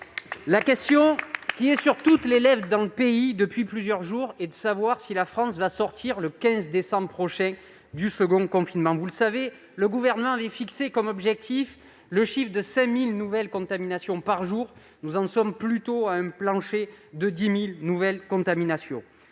La question qui est sur toutes les lèvres du pays, depuis quelques jours, est de savoir si la France pourra sortir, le 15 décembre prochain, du second confinement. Vous le savez, le Gouvernement avait fixé comme objectif le seuil de 5 000 nouvelles contaminations par jour. Or nous avons plutôt atteint un plancher de 10 000 nouveaux cas